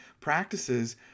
practices